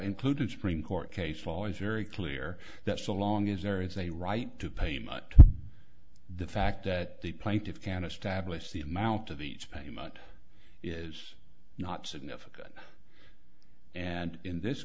including supreme court case law is very clear that so long as there is a right to payment the fact that the plaintiffs can establish the amount of each payment is not significant and in this